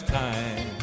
time